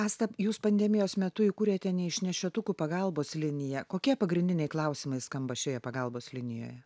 asta jūs pandemijos metu įkūrėte neišnešiotukų pagalbos liniją kokie pagrindiniai klausimai skamba šioje pagalbos linijoje